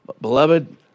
Beloved